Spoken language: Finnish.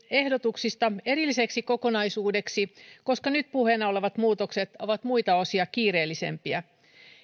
ehdotuksista erilliseksi kokonaisuudeksi koska nyt puheena olevat muutokset ovat muita osia kiireellisempiä